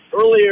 Earlier